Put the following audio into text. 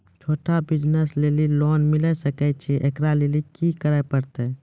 छोटा बिज़नस लेली लोन मिले सकय छै? एकरा लेली की करै परतै